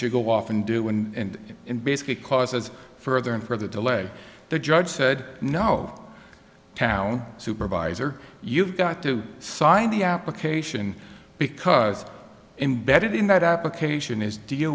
you go off and do and in basically causes further and further delay the judge said no town supervisor you've got to sign the application because embedded in that application is do you